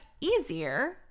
easier